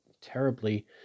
terribly